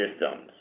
systems